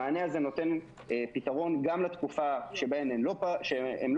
המענה הזה נותן פתרון גם לתקופה שבהם הם לא פעלו.